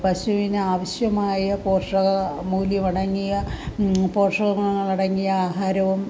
പശുവിന് ആവശ്യമായ പോഷക മൂല്യമടങ്ങിയ പോഷകങ്ങളടങ്ങിയ ആഹാരവും